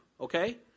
Okay